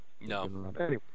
No